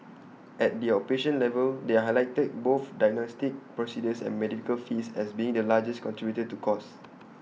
at the outpatient level they highlighted both diagnostic procedures and medical fees as being the largest contributor to costs